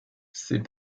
ses